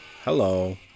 hello